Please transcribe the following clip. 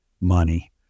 money